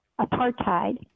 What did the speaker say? apartheid